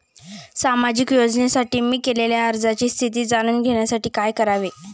सामाजिक योजनेसाठी मी केलेल्या अर्जाची स्थिती जाणून घेण्यासाठी काय करावे?